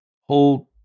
hold